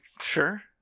sure